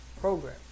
Program